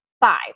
five